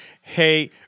Hey